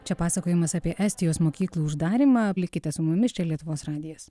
čia pasakojimas apie estijos mokyklų uždarymą likite su mumis čia lietuvos radijas